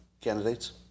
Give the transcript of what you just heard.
candidates